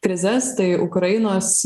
krizes tai ukrainos